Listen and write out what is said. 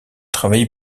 travaillé